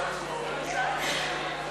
התשע"ג 2013,